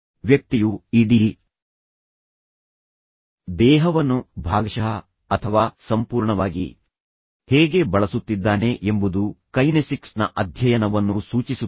ವ್ಯಕ್ತಿಯು ಇಡೀ ದೇಹವನ್ನು ಭಾಗಶಃ ಅಥವಾ ಸಂಪೂರ್ಣವಾಗಿ ಹೇಗೆ ಬಳಸುತ್ತಿದ್ದಾನೆ ಎಂಬುದು ಕೈನೆಸಿಕ್ಸ್ನ ಅಧ್ಯಯನವನ್ನು ಸೂಚಿಸುತ್ತದೆ